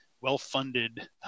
well-funded